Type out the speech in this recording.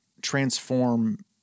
transform